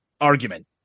argument